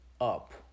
up